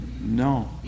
No